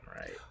right